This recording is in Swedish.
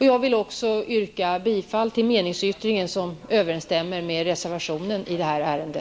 Jag vill också yrka bifall till meningsyttringen, som överensstämmer med reservationen i detta ärende.